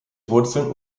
wurzeln